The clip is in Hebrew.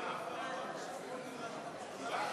סליחה, אדוני?